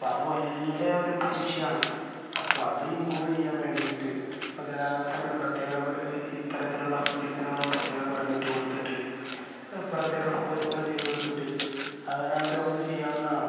അപ്പം അത് വലിയ ഒരു വിഷയമാണ് അപ്പം അത് ഇമ്പ്രൂവ് ചെയ്യാൻ വേണ്ടിയിട്ട് ഇപ്പ ഗതാഗതത്തിന് ഒരു പ്രത്യേക ഇത്തരത്തിലുള്ള ഫുഡ് ഉപനങ്ങൾ പ്രത്യേക പെർമിറ്റ് കൊടുത്തിട്ട് പ്രത്യേക സൗകര്യങ്ങൾ ചെയ്തു കൊടുത്തിട്ട് അങ്ങനെയൊക്കെ നമുക്ക് ചെയ്യാവുന്നതാണ്